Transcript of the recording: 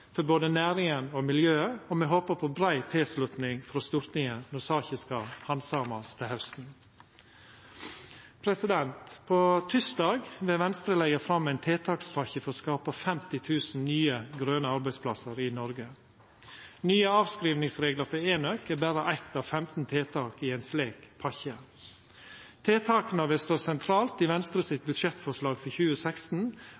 for både næringa og miljøet, og me håpar på brei tilslutning frå Stortinget når saka skal handsamast til hausten. På tysdag vil Venstre leggja fram ei tiltakspakke for å skapa 50 000 nye, grøne arbeidsplassar i Noreg. Nye avskrivingsreglar for enøk er berre eitt av 15 tiltak i ei slik pakke. Tiltaka vil stå sentralt i Venstre